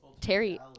Terry